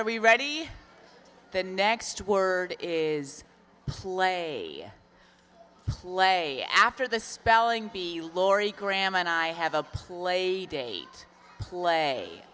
are we ready the next word is play a laya after the spelling bee lori graham and i have a play date play